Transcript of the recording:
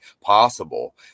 possible